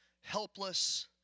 helpless